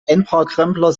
einparkrempler